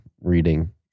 reading